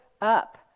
up